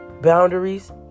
boundaries